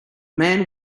man